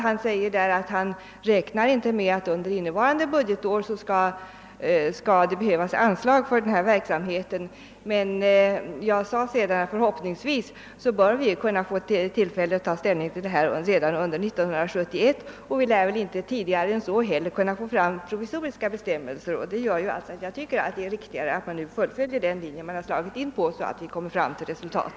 Han räknar inte med att det under kommande budgetår skall behövas anslag för denna verksamhet, men som jag sade bör vi förhoppningsvis kunna få tillfälle att ta ställning redan under 1971. Tidigare än så lär vi väl heller inte kunna få fram något provisorium. Jag tycker att det är riktigare att fullfölja den linje som man har slagit in på, så att man kommer till resultat.